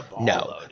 No